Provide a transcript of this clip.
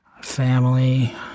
family